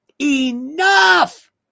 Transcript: Enough